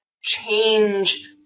change